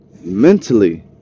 mentally